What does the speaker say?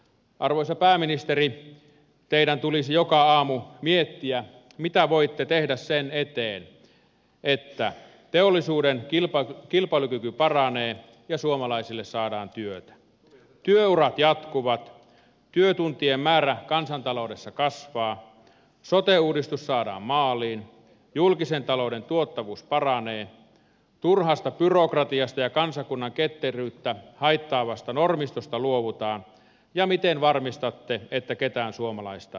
arvoisa pääministeri teidän tulisi joka aamu miettiä mitä voitte tehdä sen eteen että teollisuuden kilpailukyky paranee ja suomalaisille saadaan työtä työurat jatkuvat työtuntien määrä kansantaloudessa kasvaa sote uudistus saadaan maaliin julkisen talouden tuottavuus paranee turhasta byrokratiasta ja kansakunnan ketteryyttä haittaavasta normistosta luovutaan ja miten varmistatte että ketään suomalaista ei jätetä